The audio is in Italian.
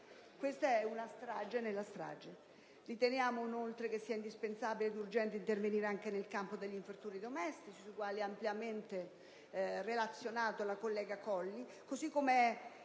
Questa è una strage nella strage! Inoltre, si ritiene che sia indispensabile ed urgente intervenire anche nel campo degli infortuni domestici, sui quali ha ampiamente relazionato la collega Colli, così come è